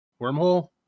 wormhole